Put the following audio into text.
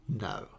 No